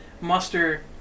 muster